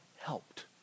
helped